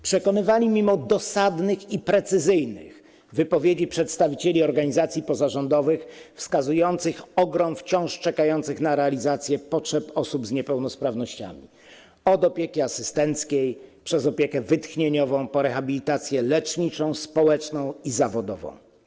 Przekonywali mimo dosadnych i precyzyjnych wypowiedzi przedstawicieli organizacji pozarządowych wskazujących ogrom wciąż czekających na realizację potrzeb osób z niepełnosprawnościami, od opieki asystenckiej, przez opiekę wytchnieniową, po rehabilitację leczniczą, społeczną i zawodową.